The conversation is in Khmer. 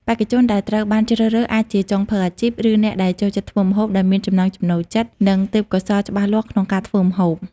បេក្ខជនដែលត្រូវបានជ្រើសរើស អាចជាចុងភៅអាជីព ឬអ្នកដែលចូលចិត្តធ្វើម្ហូប ដែលមានចំណង់ចំណូលចិត្ត និងទេពកោសល្យច្បាស់លាស់ក្នុងការធ្វើម្ហូប។